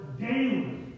daily